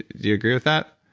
do you agree with that?